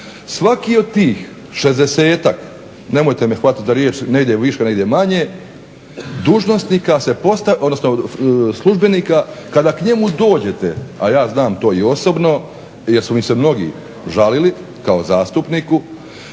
Svaki od tih 60-ak, nemojte me hvatati za riječ negdje više, negdje manje, dužnosnika, odnosno službenika kada k njemu dođete, a ja znam to i osobno jer su mi se mnogi žalili kao zastupniku,